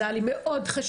זה היה לי מאוד חשוב.